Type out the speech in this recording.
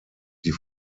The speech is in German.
die